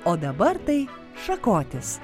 o dabar tai šakotis